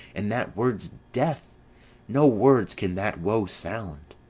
in that word's death no words can that woe sound.